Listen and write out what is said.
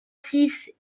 six